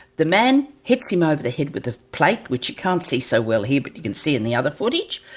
the man hits him over the head with a plate, which you can't see so well here but you can see in the other footage.